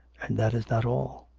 and that is not all.